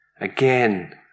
Again